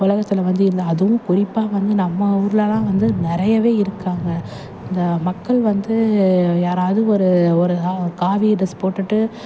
உலகத்துல வந்து இந்த அதுவும் குறிப்பாக வந்து நம்ம ஊர்லல்லாம் வந்து நிறையவே இருக்காங்க இந்த மக்கள் வந்து யாராவது ஒரு ஒரு ஹா காவி ட்ரெஸ் போட்டுட்டு